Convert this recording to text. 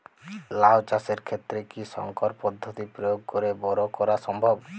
লাও চাষের ক্ষেত্রে কি সংকর পদ্ধতি প্রয়োগ করে বরো করা সম্ভব?